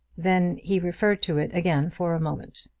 then he referred to it again for a moment.